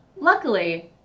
Luckily